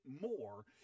more